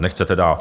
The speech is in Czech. Nechcete dát.